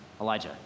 Elijah